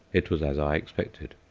it was as i expected.